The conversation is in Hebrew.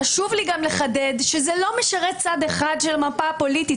חשוב לי גם לחדד שזה לא משרת צד אחד של המפה הפוליטית.